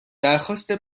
درخواست